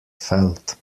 felt